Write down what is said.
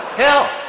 hell,